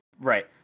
right